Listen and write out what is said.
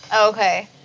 Okay